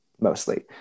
mostly